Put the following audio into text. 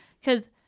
because-